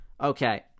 Okay